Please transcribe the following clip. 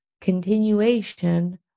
continuation